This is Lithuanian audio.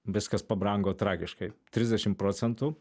viskas pabrango tragiškai trisdešim procentų